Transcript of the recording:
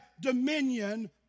dominion